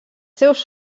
seus